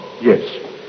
yes